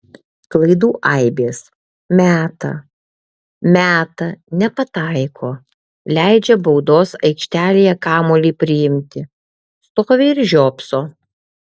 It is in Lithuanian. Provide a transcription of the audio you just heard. klaidų aibės meta meta nepataiko leidžia baudos aikštelėje kamuolį priimti stovi ir žiopso